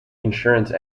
insurance